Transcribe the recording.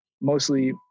mostly